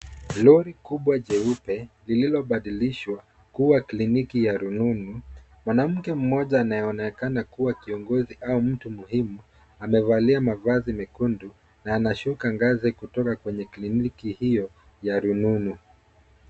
Lori kubwa jeupe lililobadilishwa kuwa kliniki ya rununu. Mwanamke mmoja anayeonekana kuwa kiongozi au mtu muhimu amevalia mavazi mekundu na anashuka ngazi kutoka kwenye kliniki hiyo ya rununu.